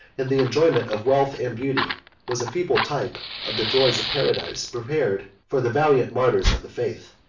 and the enjoyment of wealth and beauty was a feeble type of the joys of paradise prepared for the valiant martyrs of the faith.